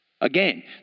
Again